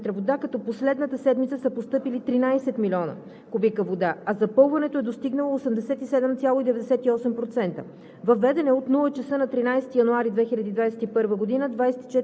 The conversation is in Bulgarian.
От началото на месеца са постъпили 17,4 млн. куб. м вода, като през последната седмица са постъпили 13 милиона кубика вода, а запълването е достигнало 87,98%.